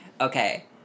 Okay